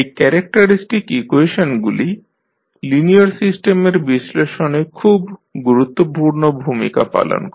এই ক্যারেক্টারিস্টিক ইকুয়েশনগুলি লিনিয়ার সিস্টেমের বিশ্লেষণে খুব গুরুত্বপূর্ণ ভূমিকা পালন করে